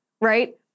right